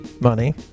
Money